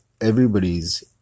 everybody's